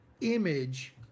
image